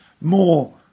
more